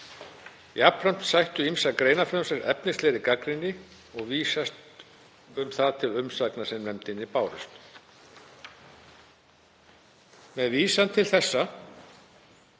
Jafnframt sættu ýmsar greinar frumvarpsins efnislegri gagnrýni og vísast um það til umsagna sem nefndinni bárust. Með vísan til þessa